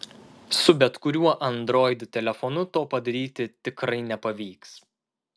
su bet kuriuo android telefonu to padaryti tikrai nepavyks